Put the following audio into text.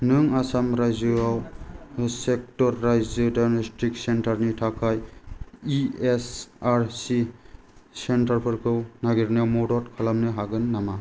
नों आसाम रायजोआव सेक्टर रायजो डाइग'नस्टिक सेन्टारनि थाखाय इ एस आइ सि सेन्टारफोरखौ नागिरनायाव मदद खालामनो हागोन नामा